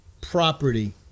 property